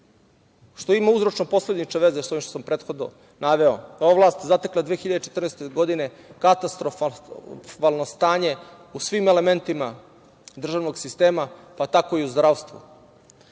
što ima uzročno posledične veze sa ovim što sam prethodno naveo, ova vlast je zatekla 2014. godine katastrofalno stanje u svim elementima državnog sistema, pa tako i u zdravstvu.